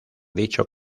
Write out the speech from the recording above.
dicho